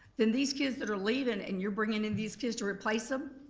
then these kids that are leaving and you're bringing in these kids to replace em?